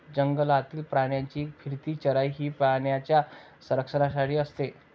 जंगलातील प्राण्यांची फिरती चराई ही प्राण्यांच्या संरक्षणासाठी असते